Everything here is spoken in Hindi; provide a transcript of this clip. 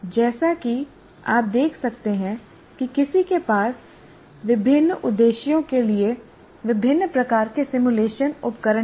जैसा कि आप देख सकते हैं कि किसी के पास विभिन्न उद्देश्यों के लिए विभिन्न प्रकार के सिमुलेशन उपकरण हैं